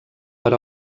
per